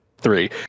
three